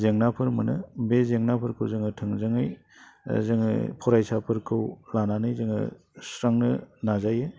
जेंनाफोर मोनो बे जेंनाफोरखौ जोङो थोंजोङै जोङो फरायसाफोरखौ लानानै जोङो सुस्रांनो नाजायो